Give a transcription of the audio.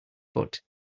foot